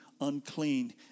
unclean